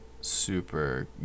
super